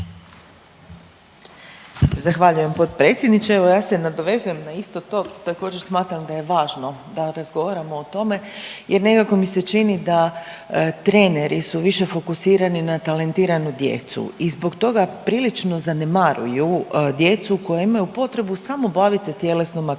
Zahvaljujem potpredsjedniče, evo ja se nadovezujem na isto to. Također, smatram da je važno da razgovaramo o tome jer nekako mi se čini da treneri su više fokusirani na talentiranu djecu i zbog toga prilično zanemaruju djecu koja imaju potrebe samo baviti se tjelesnom aktivnosti